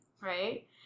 right